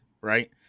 Right